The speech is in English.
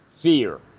fear